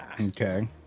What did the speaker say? Okay